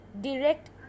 direct